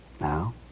Now